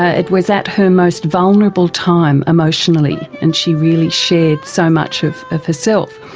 ah it was at her most vulnerable time emotionally and she really shared so much of of herself.